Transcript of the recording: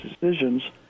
decisions